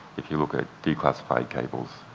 if you look at declassified cables,